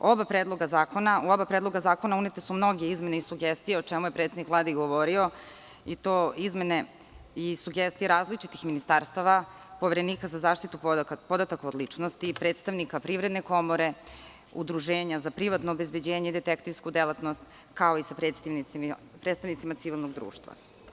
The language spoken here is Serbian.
U oba predloga zakona unete su mnoge izmene i sugestije, o čemu je predsednik Vlade i govorio i to izmene i sugestije različitih ministarstava, Poverenika za zaštitu podataka o ličnosti i predstavnika Privredne komore, Udruženja za privatno obezbeđenje i detektivsku delatnosti, kao sa predstavnicima civilnog društva.